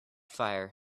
fire